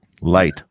Light